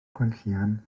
gwenllian